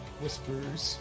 whispers